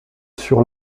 sur